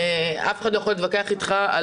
אף אחד לא יכול להתווכח איתך,